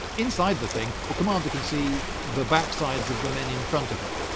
inside the thing the commander can see the backsides of the men in front of him,